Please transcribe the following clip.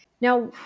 Now